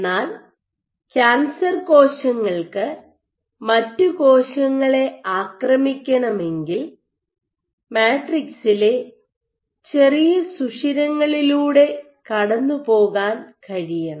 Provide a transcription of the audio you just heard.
എന്നാൽ ക്യാൻസർ കോശങ്ങൾക്ക് മറ്റു കോശങ്ങളെ ആക്രമിക്കണമെങ്കിൽ മാട്രിക്സിലെ ചെറിയ സുഷിരങ്ങളിലൂടെ കടന്നുപോകാൻ കഴിയണം